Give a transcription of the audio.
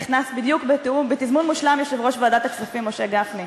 נכנס בדיוק בתזמון מושלם יושב-ראש ועדת הכספים משה גפני,